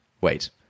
wait